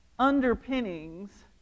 underpinnings